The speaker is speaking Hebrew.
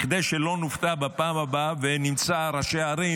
כדי שבפעם הבאה לא נופתע ונמצא ראשי ערים